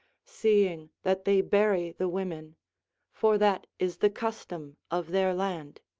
seeing that they bury the women for that is the custom of their land.